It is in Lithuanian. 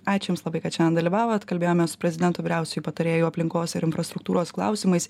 ačiū jums labai kad šianian dalyvavot kalbėjomės su prezidento vyriausiuoju patarėju aplinkos ir infrastruktūros klausimais